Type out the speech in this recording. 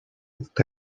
этот